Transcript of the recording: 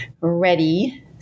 ready